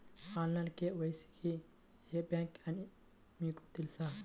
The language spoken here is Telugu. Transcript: ఆన్లైన్ కే.వై.సి కి ఏ బ్యాంక్ అని మీకు తెలుసా?